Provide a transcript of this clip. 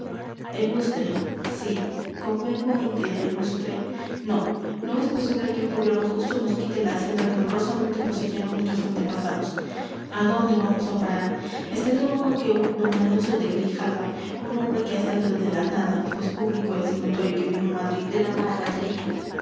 el lustre sí convengo en que el lustre no no es posible que un gobierno justo nos quite la hacienda que honrosamente poseyeron nuestros antepasados a dónde vamos a parar estaría bueno que un d alonso de grijalva un hombre que ha salido de la nada pues público es y notorio que vino a madrid de la